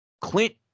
Clint